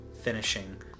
finishing